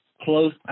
close